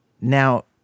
Now